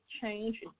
change